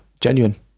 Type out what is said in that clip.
genuine